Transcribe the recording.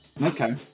Okay